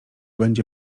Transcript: będzie